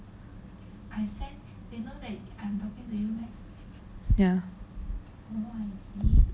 ya